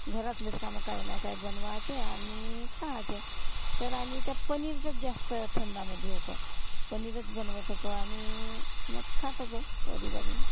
घरातलेच कामं काहीनकाही बनवायचे आणि खायचे तर आम्ही त्या पनीरच्याच जास्त छंदामधे होतो पनीरच बनवत होतो आणि मग खात होतो पोरीबाळी